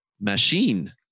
machine